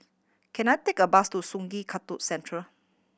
can I take a bus to Sungei Kadut Central